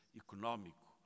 económico